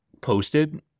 posted